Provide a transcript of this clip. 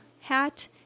hat